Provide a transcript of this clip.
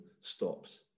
stops